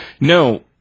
No